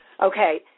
Okay